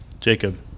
Jacob